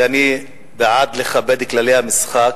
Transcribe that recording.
כי אני בעד לכבד את כללי המשחק,